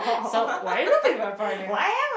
so why are you looking for a partner